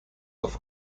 auf